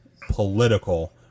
political